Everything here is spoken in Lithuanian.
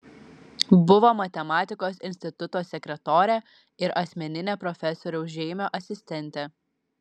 buvo matematikos instituto sekretorė ir asmeninė profesoriaus žeimio asistentė